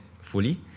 fully